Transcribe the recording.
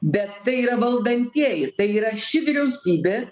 bet tai yra valdantieji tai yra ši vyriausybė